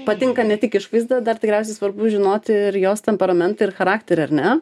patinka ne tik išvaizda dar tikriausiai svarbu žinoti ir jos temperamentą ir charakterį ar ne